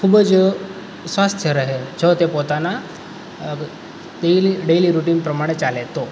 ખૂબ જ સ્વસ્થ રહે જો તે પોતાનાં ડેલી રૂટિન પ્રમાણે ચાલે તો